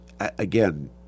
Again